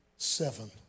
Seven